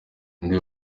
undi